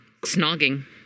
Snogging